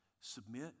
submit